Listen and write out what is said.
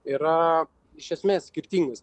yra iš esmės skirtingas